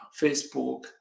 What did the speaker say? Facebook